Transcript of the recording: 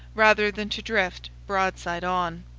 rather than to drift broadside on.